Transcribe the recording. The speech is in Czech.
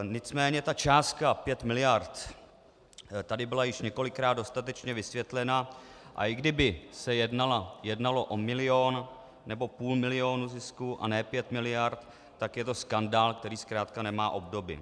Nicméně ta částka pět miliard tady byla již několikrát dostatečně vysvětlena, a i kdyby se jednalo o milion nebo půl milionu zisku a ne pět miliard, tak je to skandál, který zkrátka nemá obdoby.